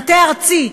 במטה הארצי,